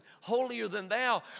holier-than-thou